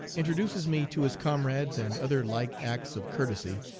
introduces me to his comrades, and other like acts of courtesy,